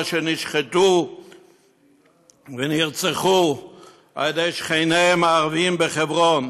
אשר נשחטו ונרצחו על ידי שכניהם הערבים בחברון,